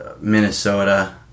Minnesota